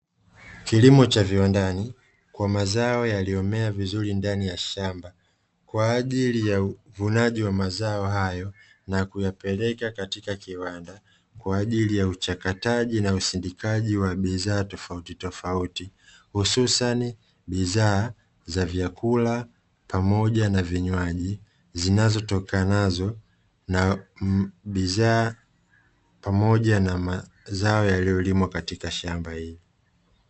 Kilimo cha viwandani kwa mazao yaliyomea vizuri, ndani ya shamba kwa ajili ya uvunaji wa mazao hayo na kuyapeleka katika kiwanda, kwa ajili ya uchakataji na usindikaji wa bidhaa tofautitofauti, hususani bidhaa za vyakula pamoja na vinywaji zinazotokana nazo na bidhaa pamoja na mazao yaliyolimwa katika shamba hilo.